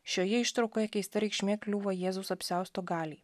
šioje ištraukoje keista reikšmė kliuvo jėzaus apsiausto galiai